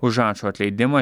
už ačo atleidimą